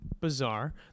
Bizarre